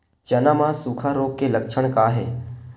चना म सुखा रोग के लक्षण का हे?